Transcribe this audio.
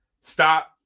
Stop